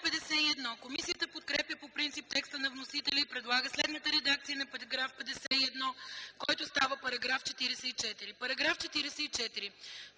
Параграф 50